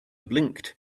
blinked